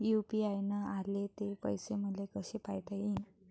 UPI न आले ते पैसे मले कसे पायता येईन?